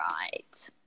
right